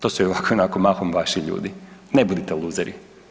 To su i ovako i onako mahom vaši ljudi, ne budite luzeri.